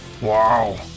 Wow